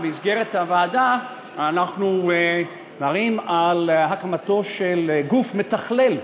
במסגרת הוועדה אנחנו מדברים על הקמתו של גוף מתכלל,